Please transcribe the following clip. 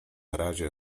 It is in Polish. razie